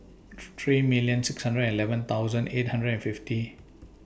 three three million six hundred and eleven thousand eight hundred and fifty